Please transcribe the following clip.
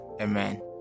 Amen